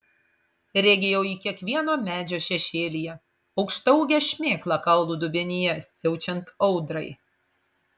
regėjau jį kiekvieno medžio šešėlyje aukštaūgę šmėklą kaulų dubenyje siaučiant audrai